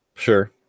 Sure